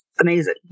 amazing